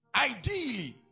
Ideally